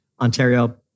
Ontario